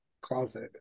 closet